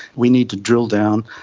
we need to drill down,